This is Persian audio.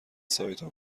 سایتها